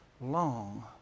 long